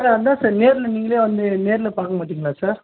sir அதன் sir நேரில் நீங்கள் வந்து நேரில் பார்க்க மாட்டிங்களா சார்